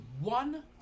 one